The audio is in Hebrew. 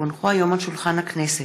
כי הונחו היום על שולחן הכנסת,